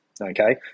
okay